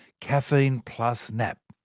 caffeine plus nap.